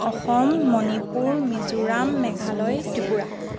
Assam Manipur Mizoram Meghalaya Tripura